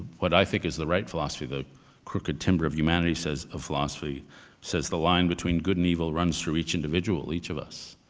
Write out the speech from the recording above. what i think is the right philosophy. the crooked timber of humanity says or philosophy says, the line between good and evil runs through each individual, each of us.